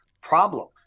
problem